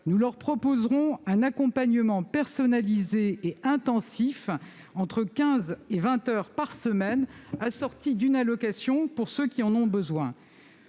Nous leur proposerons un accompagnement personnalisé et intensif entre 15 et 20 heures par semaine, assorti d'une allocation pour ceux qui en ont besoin.